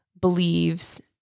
believes